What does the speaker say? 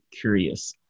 curious